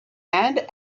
and